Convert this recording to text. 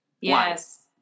yes